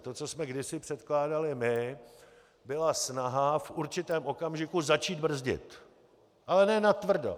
To, co jsme kdysi předkládali my, byla snaha v určitém okamžiku začít brzdit, ale ne natvrdo.